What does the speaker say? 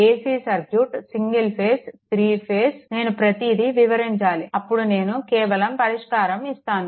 AC circuit single phase 3 phase నేను ప్రతిదీ వివరించాలి అప్పుడు నేను కేవలం పరిష్కారం ఇస్తాను